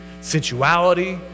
sensuality